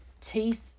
teeth